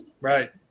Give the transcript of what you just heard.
right